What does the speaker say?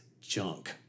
junk